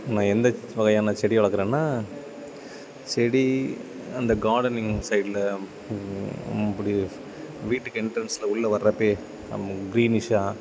நான் எந்தச் வகையான செடி வளர்க்குறேன்னா செடி அந்த கார்டனிங் சைடில் இப்பிடி ஸ் வீட்டுக்கு எண்ட்ரன்ஸில் உள்ள வர்றப்பயே க்ரீனிஷ்ஷா